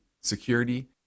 security